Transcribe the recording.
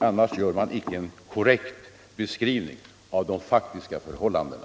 Annars gör man inte en korrekt beskrivning av de faktiska förhållandena.